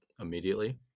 immediately